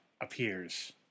appears